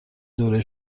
دوره